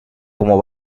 como